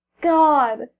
God